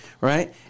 right